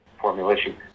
formulation